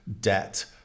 debt